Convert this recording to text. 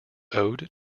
owed